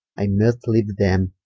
i must leaue them,